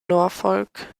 norfolk